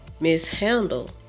mishandle